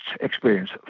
experience